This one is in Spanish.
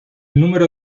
número